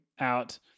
out